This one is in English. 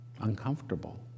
Uncomfortable